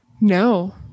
no